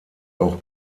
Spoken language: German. auch